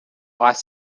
ice